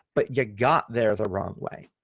but you got there the wrong way.